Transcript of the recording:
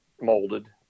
molded